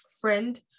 friend